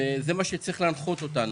וזה מה שצריך להנחות אותנו.